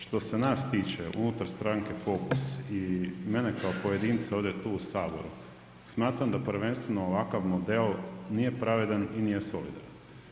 Što se nas tiče unutar Stranke Fokus i mene kao pojedina ovdje tu u saboru smatram da prvenstveno ovakav model nije pravedan i nije solidaran.